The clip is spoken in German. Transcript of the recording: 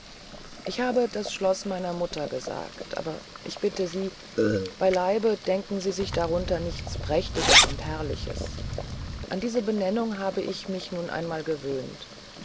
ich habe das schloß meiner mutter gesagt aber ich bitte sie beileibe denken sie sich darunter nichts prächtiges und herrliches an diese benennung habe ich mich nun einmal gewöhnt